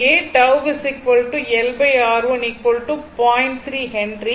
3 Henry